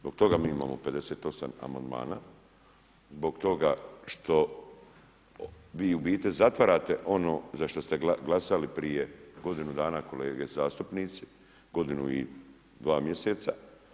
Zbog toga mi imamo 58 amandmana, zbog toga što vi u biti zatvarate ono za što ste glasali prije godinu dana kolege zastupnici, godinu i 2 mjeseca.